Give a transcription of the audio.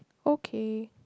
okay